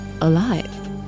alive